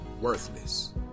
worthless